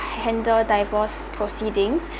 handle divorce proceedings